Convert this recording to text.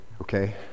okay